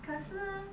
可是